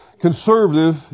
Conservative